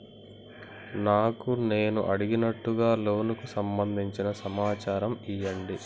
నాకు నేను అడిగినట్టుగా లోనుకు సంబందించిన సమాచారం ఇయ్యండి?